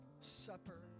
supper